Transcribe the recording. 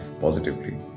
positively